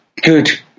good